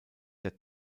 der